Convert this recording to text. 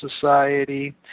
Society